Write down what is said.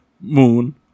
Moon